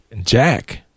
Jack